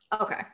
Okay